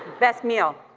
best meal?